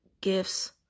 gifts